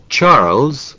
Charles